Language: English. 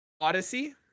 odyssey